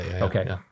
Okay